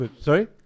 Sorry